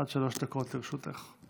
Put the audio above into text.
עד שלוש דקות לרשותך.